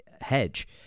hedge